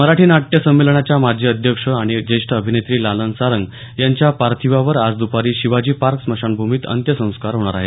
मराठी नाट्य संमेलनाच्या माजी अध्यक्ष आणि ज्येष्ठ अभिनेत्री लालन सारंग यांच्या पार्थिवावर आज दपारी शिवाजी पार्क स्मशानभूमीत अंत्यसंस्कार होणार आहेत